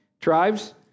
tribes